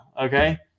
Okay